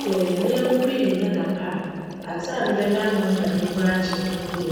Sj me nyjnko bi ennya da pa a, adze a mebjyj ama no ma n'enyiwa agye nye dj,